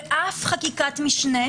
באף חקיקת משנה,